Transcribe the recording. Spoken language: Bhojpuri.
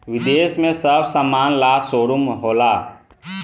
विदेश में सब समान ला शोरूम होला